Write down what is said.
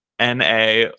Na